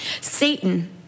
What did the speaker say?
Satan